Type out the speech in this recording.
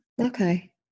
Okay